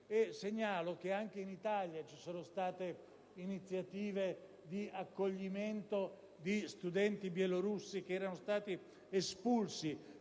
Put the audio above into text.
segnalo che anche in Italia vi sono state iniziative di accoglimento di studenti bielorussi espulsi